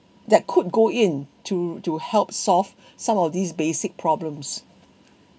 that could go in to to help solve some of these basic problems